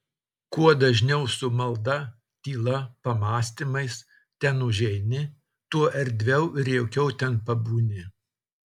kuo dažniau su malda tyla pamąstymais ten užeini tuo erdviau ir jaukiau ten pabūni